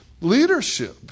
leadership